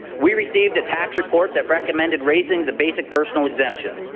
we received a tax report that recommended raising the basic personal exemption.